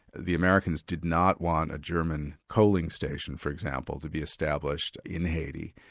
the americans did not want a german coaling station for example, to be established in haiti,